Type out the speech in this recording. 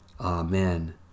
Amen